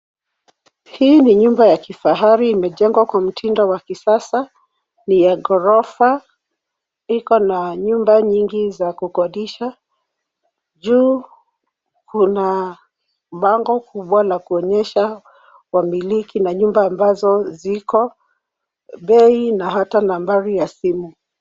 Hii ni nyumba ya kifahari imejengwa kwa mtindo wa kisasa, ni ya ghorofa, iko na nyumba nyingi za kukodisha. Juu kuna bango kubwa la kuonyesha wamiliki na nyumba ambazo ziko bei na hata nambari ya simu.